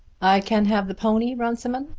i can have the pony, runciman?